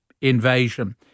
invasion